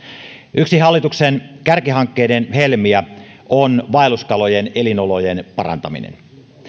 yksi hallituksen kärkihankkeiden helmiä on vaelluskalojen elinolojen parantaminen